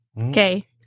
Okay